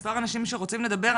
כמה אנשים שרוצים לדבר.